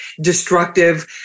destructive